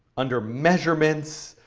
under measurements,